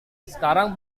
sekarang